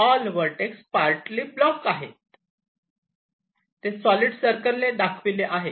all vertex partly block आहे ते solid circle ने दाखविले आहे